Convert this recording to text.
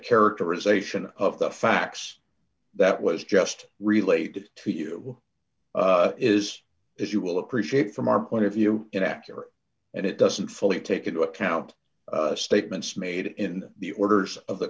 characterization of the facts that was just related to you is if you will appreciate from our point of view inaccurate and it doesn't fully take into account statements made in the orders of the